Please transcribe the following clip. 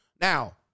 Now